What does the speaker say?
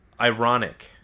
ironic